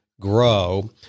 grow